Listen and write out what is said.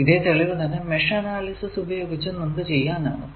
ഇതേ തെളിവ് തന്നെ മെഷ് അനാലിസിസ് ഉപയോഗിച്ചും നമുക്ക് ചെയ്യാനാകും